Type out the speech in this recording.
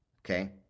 Okay